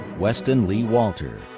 weston lee walter.